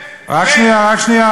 רק שנייה.